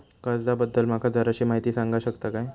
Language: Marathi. कर्जा बद्दल माका जराशी माहिती सांगा शकता काय?